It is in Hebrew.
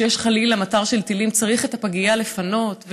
כשיש חלילה מטר של טילים צריך לפנות את הפגייה?